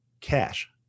Cash